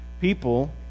people